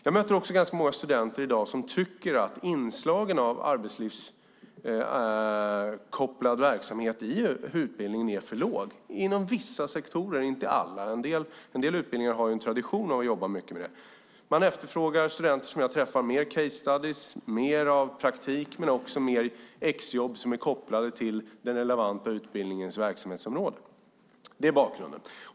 Jag möter också ganska många studenter i dag som tycker att inslagen av arbetslivskopplad verksamhet i utbildningen är för få inom vissa sektorer. Det gäller inte alla, för en del utbildningar har en tradition av att jobba mycket med det. Studenter som jag träffar efterfrågar mer case studies , mer av praktik men också mer av exjobb som är kopplade till den relevanta utbildningens verksamhetsområde. Det är bakgrunden.